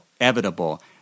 inevitable